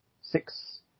six